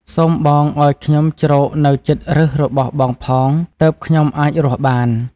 សូមបងឲ្យខ្ញុំជ្រកនៅជិតប្ញសរបស់បងផង ទើបខ្ញុំអាចរស់បាន!